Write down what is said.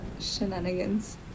shenanigans